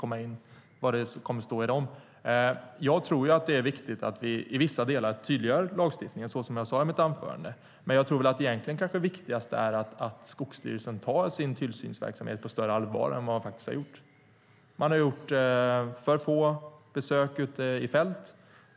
Som jag sade i mitt anförande tror jag att det är viktigt att vi i vissa delar tydliggör lagstiftningen. Men egentligen tror jag att det viktigaste är att Skogsstyrelsen tar sin tillsynsverksamhet på större allvar än vad man faktiskt har gjort. Man har gjort för få besök ute i fält.